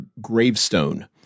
gravestone